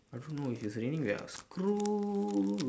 I don't know if it's raining we are screwed